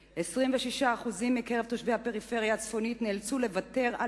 26% מקרב תושבי הפריפריה הצפונית נאלצו לוותר על